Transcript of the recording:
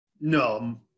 No